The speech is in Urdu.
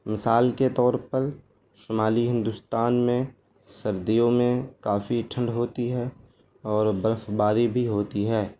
مثال کے طور پر شمالی ہندوستان میں سردیوں میں کافی ٹھنڈ ہوتی ہے اور برف باری بھی ہوتی ہے